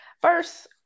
first